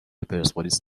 پرسپولیس